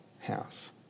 house